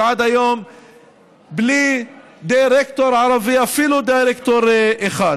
בלי דירקטור ערבי, אפילו דירקטור אחד.